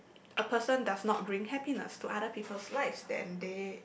a person does not bring happiness to other people's lives then they